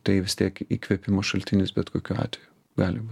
tai vis tiek įkvėpimo šaltinis bet kokiu atveju gali bū